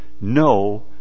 No